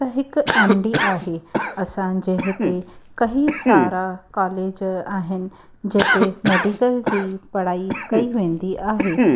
त हिकु M D आहे असांजे हिते कई सारा कॉलेज आहिनि जिते मेडिकल जी पढ़ाई कई वेंदी आहे